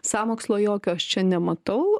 sąmokslo jokio aš čia nematau